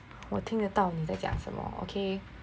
我听得到你在讲什么 okay